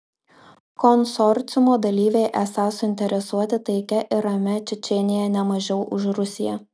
konsorciumo dalyviai esą suinteresuoti taikia ir ramia čečėnija ne mažiau už rusiją